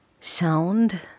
Sound